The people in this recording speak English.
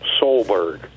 Solberg